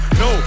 no